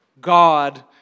God